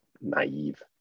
naive